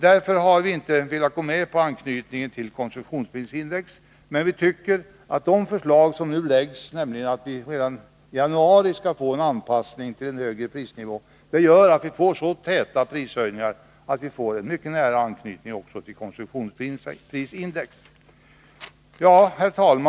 Därför har vi inte velat gå med på förslaget om en anknytning till konsumentprisindex. Men vi tycker att de förslag som nu har lagts fram om att vi redan i januari skall få en anpassning till den högre prisnivån innebär att det blir så täta prishöjningar att vi också får en mycket nära anknytning till konsumentprisindex. Herr talman!